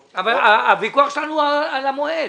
--- הוויכוח שלנו הוא על המועד.